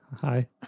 Hi